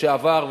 לשעבר,